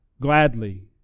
gladly